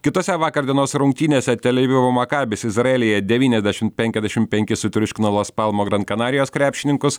kitose vakar dienos rungtynėse tel avivovo makabis izraelyje devyniasdešimt penkiasdešimt penki sutriuškino las palmo gran kanarijos krepšininkus